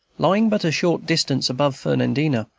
lying but a short distance above fernandina,